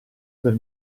del